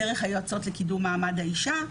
דרך היועצות לקידום מעמד האישה.